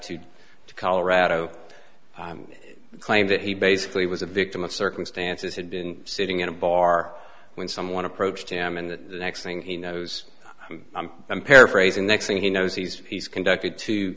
to colorado claim that he basically was a victim of circumstances had been sitting in a bar when someone approached him and the next thing he knows i'm paraphrasing next thing he knows he's he's conducted